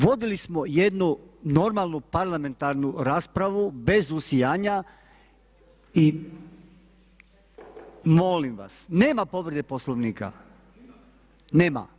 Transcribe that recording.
Vodili smo jednu normalnu parlamentarnu raspravu bez usijanja i molim vas, nema povrede Poslovnika? [[Upadica: Ima.]] Nema.